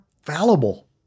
fallible